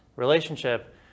Relationship